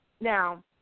Now